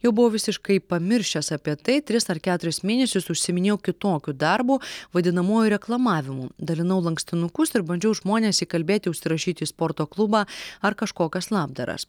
jau buvau visiškai pamiršęs apie tai tris ar keturis mėnesius užsiiminėjau kitokiu darbu vadinamuoju reklamavimu dalinau lankstinukus ir bandžiau žmones įkalbėti užsirašyti į sporto klubą ar kažkokias labdaras